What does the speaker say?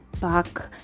back